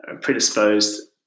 predisposed